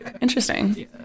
interesting